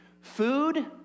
Food